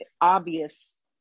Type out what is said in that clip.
obvious